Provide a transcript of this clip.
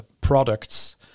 products